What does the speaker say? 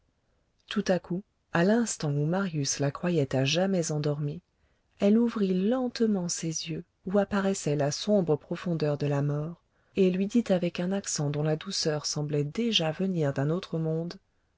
tout à coup à l'instant où marius la croyait à jamais endormie elle ouvrit lentement ses yeux où apparaissait la sombre profondeur de la mort et lui dit avec un accent dont la douceur semblait déjà venir d'un autre monde